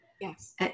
Yes